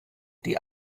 die